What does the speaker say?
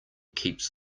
keeps